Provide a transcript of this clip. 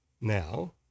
Now